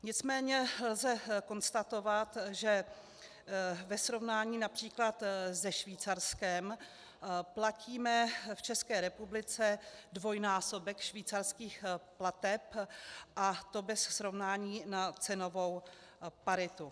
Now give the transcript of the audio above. Nicméně lze konstatovat, že ve srovnání například se Švýcarskem platíme v České republice dvojnásobek švýcarských plateb, a to bez srovnání na cenovou paritu.